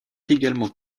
également